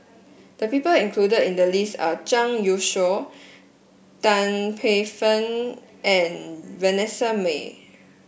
the people included in the list are Zhang Youshuo Tan Paey Fern and Vanessa Mae